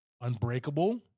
Unbreakable